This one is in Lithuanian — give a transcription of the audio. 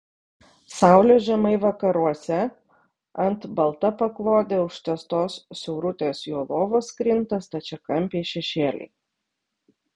saulė žemai vakaruose ant balta paklode užtiestos siaurutės jo lovos krinta stačiakampiai šešėliai